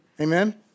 Amen